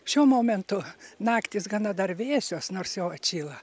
šiuo momentu naktys gana dar vėsios nors jau atšyla